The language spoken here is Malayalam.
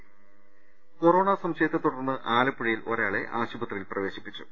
് കൊറോണ സംശയത്തെ തുടർന്ന് ആലപ്പുഴയിൽ ഒരാളെ ആശുപത്രിയിൽ പ്രവേശിപ്പിച്ചു